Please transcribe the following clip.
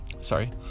Sorry